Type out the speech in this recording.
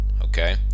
okay